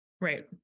right